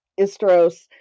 Istros